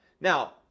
Now